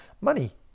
money